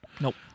Nope